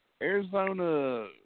Arizona